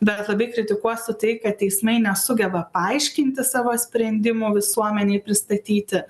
bet labai kritikuosiu tai kad teismai nesugeba paaiškinti savo sprendimų visuomenei pristatyti